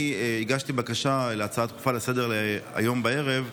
אני הגשתי בקשה להצעה דחופה לסדר-היום בערב,